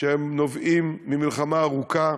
שהם נובעים ממלחמה ארוכה,